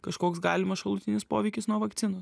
kažkoks galimas šalutinis poveikis nuo vakcinos